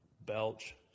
belch